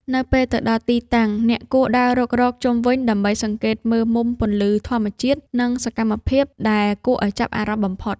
នៅពេលទៅដល់ទីតាំង អ្នកគួរដើររុករកជុំវិញដើម្បីសង្កេតមើលមុំពន្លឺធម្មជាតិ និងសកម្មភាពដែលគួរឱ្យចាប់អារម្មណ៍បំផុត។